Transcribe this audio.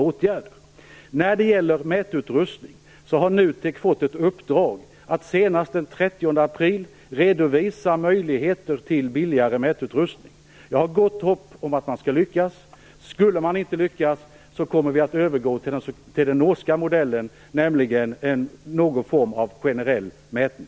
När det gäller mätutrustningen kan jag säga att NUTEK har fått i uppdrag att senast den 30 april redovisa möjligheter till billigare mätutrustning. Jag har gott hopp om att man lyckas. Skulle man inte lyckas kommer vi att övergå till den norska modellen, dvs. någon form av generell mätning.